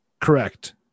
Correct